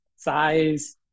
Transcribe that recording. size